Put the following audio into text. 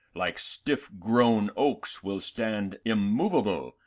like stiff grown oaks, will stand immovable,